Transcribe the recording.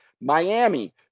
Miami